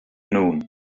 noon